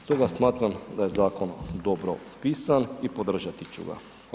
Stoga smatram da je zakon dobro pisan i podržati ću ga.